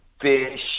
fish